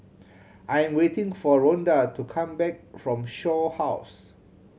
I'm waiting for Rhonda to come back from Shaw House